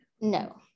no